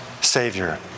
Savior